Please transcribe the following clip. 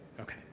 Okay